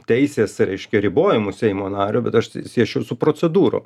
teisės reiškia ribojimu seimo nario bet aš siečiau su procedūrų